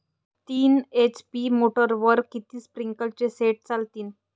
तीन एच.पी मोटरवर किती स्प्रिंकलरचे सेट चालतीन?